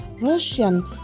Russian